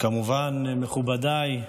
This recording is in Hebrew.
וכמובן מכובדיי,